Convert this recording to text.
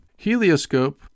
Helioscope